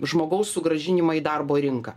žmogaus sugrąžinimą į darbo rinką